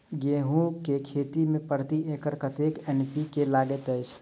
गेंहूँ केँ खेती मे प्रति एकड़ कतेक एन.पी.के लागैत अछि?